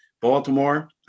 Baltimore